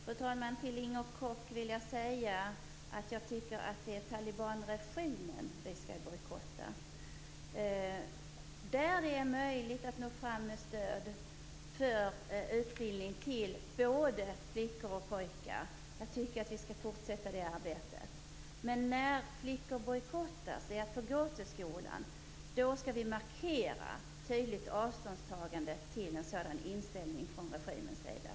Fru talman! Till Inger Koch vill jag säga att jag tycker att det är talibanregimen vi skall bojkotta. Det är möjligt att nå fram med stöd till utbildning för både flickor och pojkar. Jag tycker att vi skall fortsätta det arbetet. Men när flickor bojkottas och inte får gå till skolan skall vi tydligt markera avståndstagande till en sådan inställning från regimens sida.